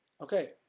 Okay